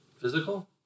physical